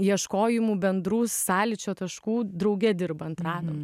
ieškojimų bendrų sąlyčio taškų drauge dirbant radom